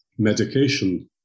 medication